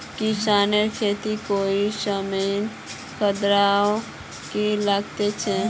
किसानेर केते कोई मशीन खरीदवार की लागत छे?